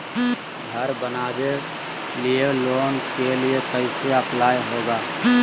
घर बनावे लिय लोन के लिए कैसे अप्लाई होगा?